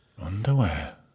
Underwear